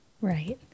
right